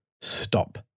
stop